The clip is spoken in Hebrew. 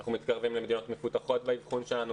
אנחנו מתקרבים למדינות מפותחות באבחון שלנו,